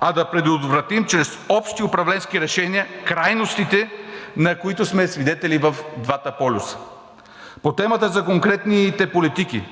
а да предотвратим чрез общи управленски решения крайностите, на които сме свидетели в двата полюса. По темата за конкретните политики.